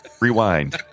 rewind